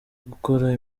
gukora